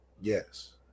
Yes